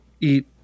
eat